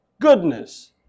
goodness